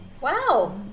Wow